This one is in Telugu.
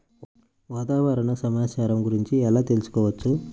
వాతావరణ సమాచారము గురించి ఎలా తెలుకుసుకోవచ్చు?